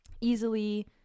easily